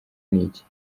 niki